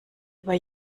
über